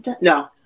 No